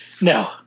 No